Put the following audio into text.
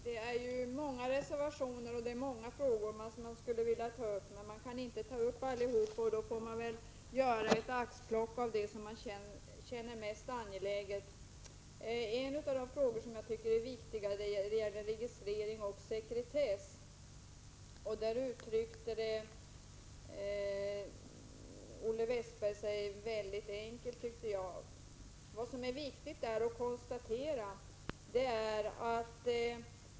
Herr talman! Det är många reservationer och många frågor som man skulle vilja ta upp. Men man kan inte beröra alla. Därför får man göra ett axplock bland dem som man anser mest angelägna. En av de frågor som jag tycker är viktiga gäller registrering och sekretess. I detta avseende uttryckte sig Olle Westberg väldigt enkelt.